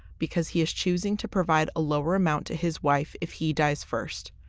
because he is choosing to provide a lower amount to his wife if he dies first.